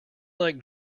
like